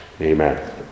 amen